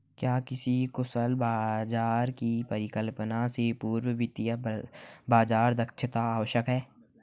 क्या किसी कुशल बाजार की परिकल्पना से पूर्व वित्तीय बाजार दक्षता आवश्यक है?